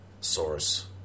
source